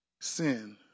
sin